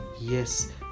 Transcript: yes